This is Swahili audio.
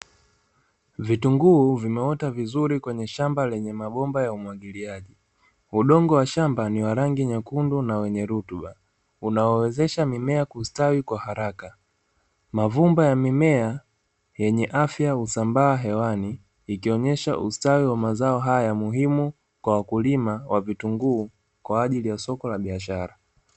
Vitunguu vimeota vizuri kwenye shamba lenye mabomba ya umwagiliaji. Udongo wa shamba ni wa rangi nyekundu na wenye rutuba. Unaowezesha mimea kusitawi kusitawi kwa haraka. Mavumba ya mimea yenye afya husambaa hewani, inaonyesha usitawi wa mazao haya muhimu kwa wakulima wa vitunguu, kwa ajili ya soko la biashara.